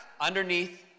underneath